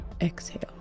Exhale